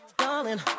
darling